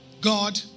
God